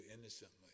innocently